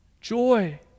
Joy